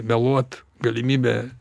meluot galimybę